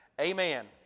Amen